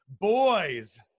boys